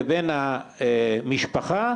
לבין המשפחה,